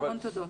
המון תודות.